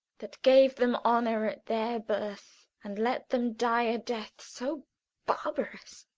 that gave them honour at their birth, and let them die a death so barbarous!